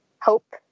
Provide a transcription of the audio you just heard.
hope